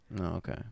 okay